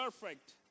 perfect